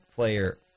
player